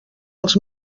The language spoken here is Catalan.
els